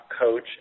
coach